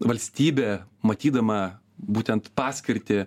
valstybė matydama būtent paskirtį